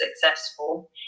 successful